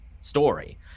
story